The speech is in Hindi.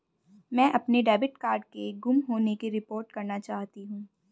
मैं अपने डेबिट कार्ड के गुम होने की रिपोर्ट करना चाहती हूँ